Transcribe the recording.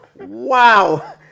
wow